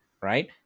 right